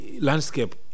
landscape